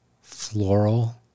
floral